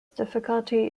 difficulty